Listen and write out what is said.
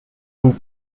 hugh